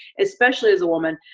especially as a woman,